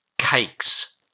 cakes